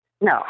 No